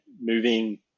moving